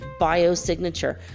biosignature